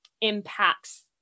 impacts